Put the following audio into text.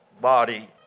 body